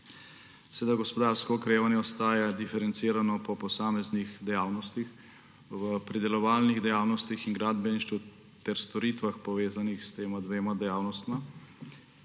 Gospodarsko okrevanje ostaja diferencirano po posameznih dejavnostih. V pridelovalnih dejavnostih in gradbeništvu ter storitvah, povezanih s tema dvema dejavnostma,